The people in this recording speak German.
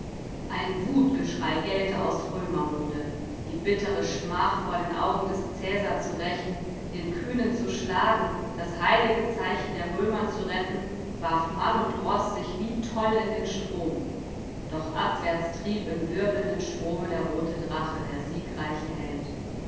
ein wutgeschrei gellte aus römermunde die bittere schmach vor den augen des cäsar zu rächen den kühnen zu schlagen das heilige zeichen der römer zu retten warf mann und roß sich wie toll in den strom doch abwärts trieb im wirbelnden strome der rote drache der siegreiche held